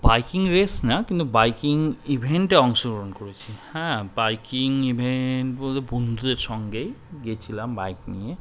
biking race না কিন্তু biking ইভেন্টে অংশগ্রহণ করেছি হ্যাঁ বাইকিং ইভেন্ট বল বন্ধুদের সঙ্গেই গিয়েছিলাম বাইক নিয়ে